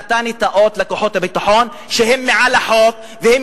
נתנו את האות לכוחות הביטחון שהם מעל החוק ושהם